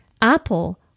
Apple